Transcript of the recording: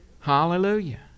Hallelujah